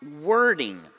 wording